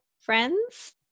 friends